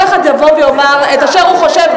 כל אחד יבוא ויאמר את אשר הוא חושב,